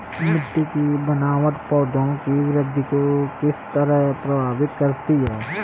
मिटटी की बनावट पौधों की वृद्धि को किस तरह प्रभावित करती है?